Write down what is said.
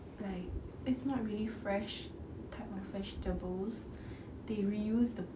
like it's not really fresh type my vegetables they reuse the